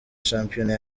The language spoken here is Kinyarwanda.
shampiyona